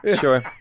Sure